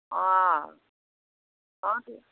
অঁ অঁতো